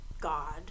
God